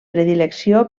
predilecció